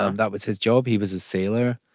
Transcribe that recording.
um that was his job. he was a sailor,